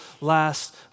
last